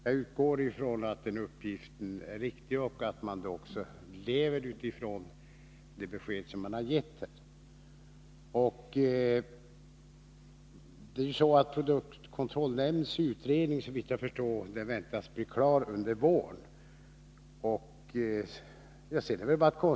Jag utgår från att de uppgifterna är riktiga och att man också handlar enligt det besked som man har givit. Produktkontrollnämndens utredning väntas, såvitt jag förstår, bli klar under våren.